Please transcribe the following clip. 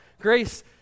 Grace